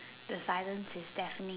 the silence is deafening